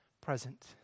present